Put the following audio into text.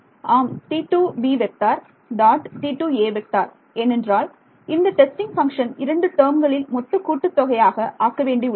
ஆம் ஏனென்றால் இந்த டெஸ்டின் பங்க்ஷன் இரண்டு டேர்ம்களின் மொத்தக் கூட்டுத் தொகையாக ஆக்க வேண்டி உள்ளது